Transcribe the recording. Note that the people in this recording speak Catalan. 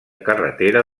carretera